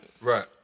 Right